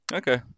okay